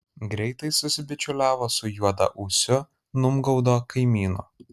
greitai susibičiuliavo su juodaūsiu numgaudo kaimynu